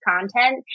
content